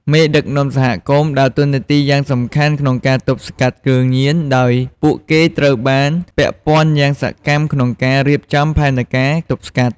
មេដឹកនាំសហគមន៍ដើរតួនាទីយ៉ាងសំខាន់ក្នុងការទប់ស្កាត់គ្រឿងញៀន ដោយពួកគេត្រូវបានពាក់ព័ន្ធយ៉ាងសកម្មក្នុងការរៀបចំផែនការទប់ស្កាត់។